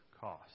cost